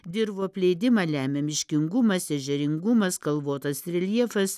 dirvų apleidimą lemia miškingumas ežeringumas kalvotas reljefas